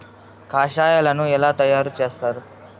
కషాయాలను ఎలా తయారు చేస్తారు?